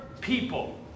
people